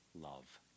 love